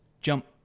jump